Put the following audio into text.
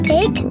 Pig